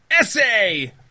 essay